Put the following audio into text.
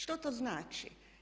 Što to znači?